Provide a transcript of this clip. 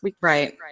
Right